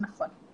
נכון.